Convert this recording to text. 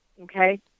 okay